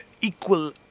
equal